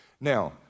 Now